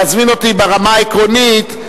להזמין אותי ברמה העקרונית,